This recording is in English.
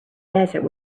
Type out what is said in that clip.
desert